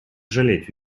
жалеть